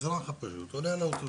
האזרח הפשוט עולה על האוטובוס,